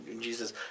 Jesus